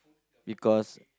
because